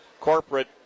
corporate